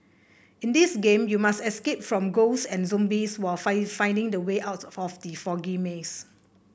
in this game you must escape from ghosts and zombies while find finding the way out from the foggy maze